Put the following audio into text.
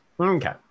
Okay